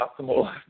optimal